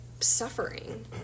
suffering